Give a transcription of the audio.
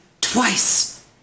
twice